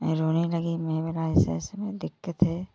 मैं रोने लगी मैं बोले ऐसा ऐसा मेरा दिक्कत है